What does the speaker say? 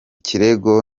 kirego